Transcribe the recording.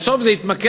בסוף זה התמקד